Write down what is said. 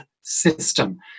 system